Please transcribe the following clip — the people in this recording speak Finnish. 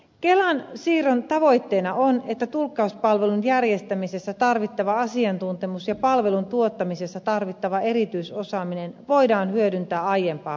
kelalle siirron tavoitteena on että tulkkauspalvelun järjestämisessä tarvittava asiantuntemus ja palvelun tuottamisessa tarvittava erityisosaaminen voidaan hyödyntää aiempaa paremmin